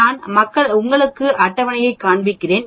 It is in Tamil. நான் உங்களுக்கு அட்டவணையைக் காண்பிப்பேன்